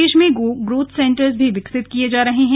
प्रदेश में growth centres भी विकसित किए जा रहे हैं